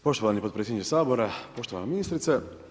Poštovani podpredsjedniče Sabora, poštovana ministrice.